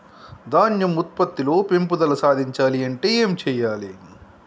ధాన్యం ఉత్పత్తి లో పెంపుదల సాధించాలి అంటే ఏం చెయ్యాలి?